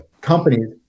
companies